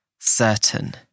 certain